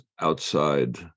outside